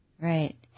Right